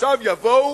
עכשיו יבואו,